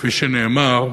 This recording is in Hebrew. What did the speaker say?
כפי שנאמר.